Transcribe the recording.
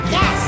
Yes